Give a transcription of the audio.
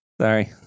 sorry